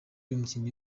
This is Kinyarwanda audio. umukinnyi